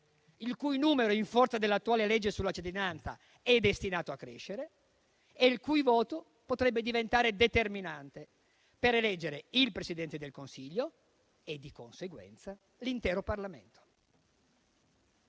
il cui numero, in forza dell'attuale legge sulla cittadinanza, è destinato a crescere, e il cui voto potrebbe diventare determinante per eleggere il Presidente del Consiglio e, di conseguenza, l'intero Parlamento.